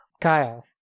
Kyle